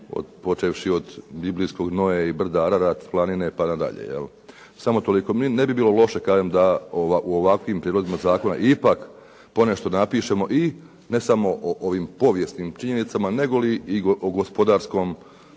počevši od biblijskog Noe i brda Ararad planine pa na dalje. Samo toliko. Ne bi bilo loše da u ovakvim prijedlozima zakona ipak ponešto napišemo i ne samo o ovim povijesnim činjenicama, nego li i o gospodarskom